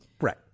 Right